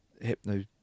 hypno